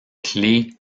clés